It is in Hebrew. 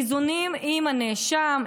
איזונים עם הנאשם,